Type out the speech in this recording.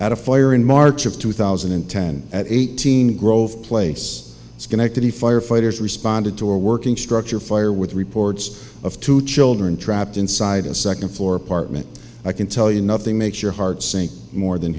at a fire in march of two thousand and ten at eighteen grove place it's connected the firefighters responded to a working structure fire with reports of two children trapped inside a second floor apartment i can tell you nothing makes your heart sing more than